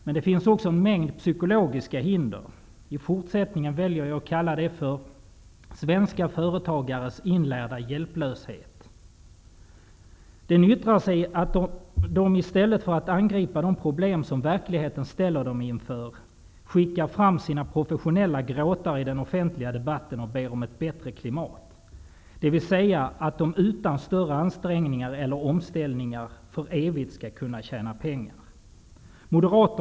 Men det finns också en mängd psykologiska hinder. I fortsättningen väljer jag att kalla det för svenska företagares inlärda hjälplöshet. Den yttrar sig i att de i stället för att angripa de problem som verkligheten ställer dem inför, skickar fram sina professionella gråtare i den offentliga debatten och ber om ett bättre klimat, dvs. att de utan större ansträngningar eller omställningar för evigt skall kunna tjäna pengar.